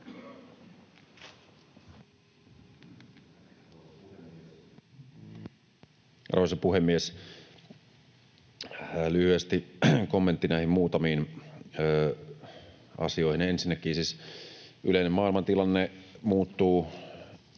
Arvoisa puhemies! Lyhyesti kommentti näihin muutamiin asioihin. Ensinnäkin yleinen maailmantilanne muuttuu